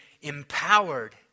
empowered